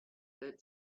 that